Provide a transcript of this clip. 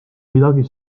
midagi